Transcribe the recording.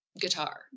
guitar